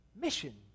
Mission